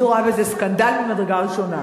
אני רואה בזה סקנדל ממדרגה ראשונה.